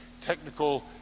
technical